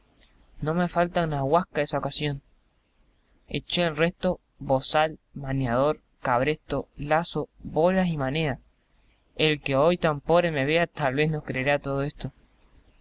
no me falta una guasca esa ocasión eché el resto bozal maniador cabresto lazo bolas y manea el que hoy tan pobre me vea tal vez no creerá todo esto